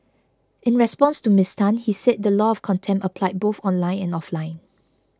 in response to Miss Tan he said the law of contempt applied both online and offline